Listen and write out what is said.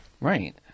Right